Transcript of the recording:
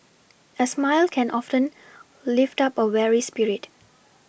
a smile can often lift up a weary spirit